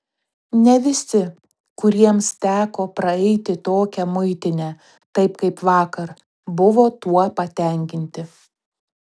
ne visi kuriems teko praeiti tokią muitinę taip pat kaip vakar buvo tuo patenkinti